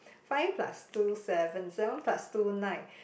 five plus two seven seven plus two nine